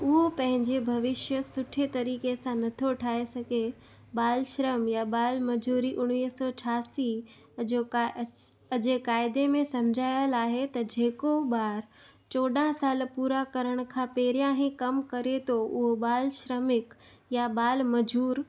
उहो पंहिंजे भविष्य सुठे तरीक़े सां न थो ठाहे सघे ॿाल श्रम या ॿाल मज़ूरी उणिवीह सौ छहासी अजो कायस अॼु जे क़ाइदे में समुझायल आहे त जेको ॿार चोॾाहं साल पूरा करण खां पहिरियां ई कमु करे थो उहो ॿाल श्रमिक या ॿाल मज़ूर